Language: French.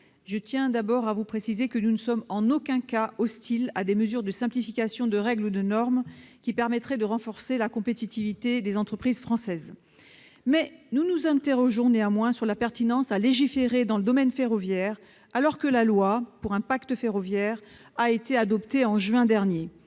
Je tiens d'abord à préciser que nous ne sommes en aucun cas hostiles à des mesures de simplification de règles ou de normes qui permettraient de renforcer la compétitivité des entreprises françaises. Néanmoins, nous nous interrogeons sur la pertinence de légiférer dans le domaine ferroviaire, alors que la loi pour un nouveau pacte ferroviaire a été adoptée en juin dernier.